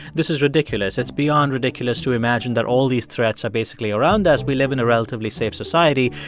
this is ridiculous. it's beyond ridiculous to imagine that all these threats are basically around us. we live in a relatively safe society.